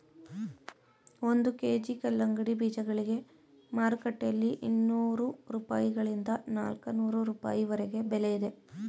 ಒಂದು ಕೆ.ಜಿ ಕಲ್ಲಂಗಡಿ ಬೀಜಗಳಿಗೆ ಮಾರುಕಟ್ಟೆಯಲ್ಲಿ ಇನ್ನೂರು ರೂಪಾಯಿಗಳಿಂದ ನಾಲ್ಕನೂರು ರೂಪಾಯಿವರೆಗೆ ಬೆಲೆ ಇದೆ